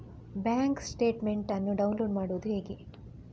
Bank statement ಅನ್ನು download ಮಾಡುವುದು ಹೇಗೆ?